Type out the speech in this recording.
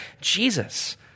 Jesus